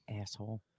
Asshole